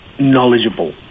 knowledgeable